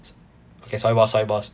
okay sorry boss sorry boss